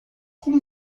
como